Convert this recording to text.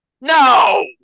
No